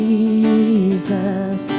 Jesus